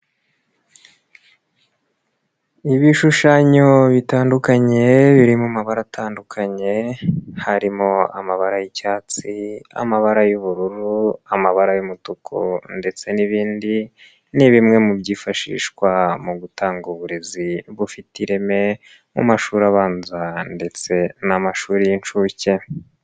Ibishushanyo bitandukanye biri mu mabara atandukanye harimo: amabara y'icyatsi, amabara y'ubururu, amabara y'umutuku ndetse n'ibindi ni bimwe mu byifashishwa mu gutanga uburezi bufite ireme mu mashuri abanza ndetse n'amashuri y'inshuke.